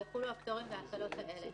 יחולו הפטורים וההקלות האלה: